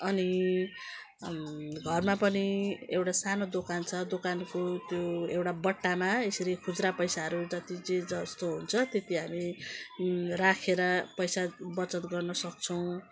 अनि घरमा पनि एउटा सानो दोकान छ दोकानको त्यो एउटा बट्टामा यसरी खुजुरा पैसाहरू जति जे जस्तो हुन्छ त्यति हामीले राखेर पैसा बचत गर्नसक्छौँ